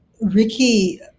Ricky